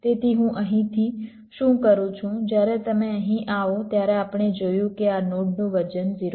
તેથી હું અહીંથી શું કરું છું જ્યારે તમે અહીં આવો ત્યારે આપણે જોયું કે આ નોડનું વજન 0